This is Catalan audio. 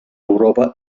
europa